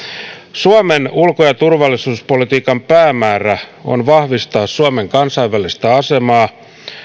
suomen ulko ja turvallisuuspolitiikan päämäärä on vahvistaa suomen kansainvälistä asemaa